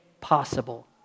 possible